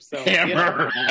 Hammer